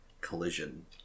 Collision